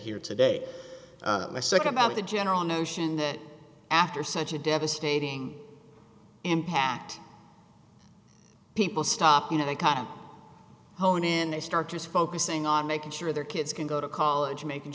here today my nd about the general notion that after such a devastating impact people stop you know they kind of hone in they start just focusing on making sure their kids can go to college making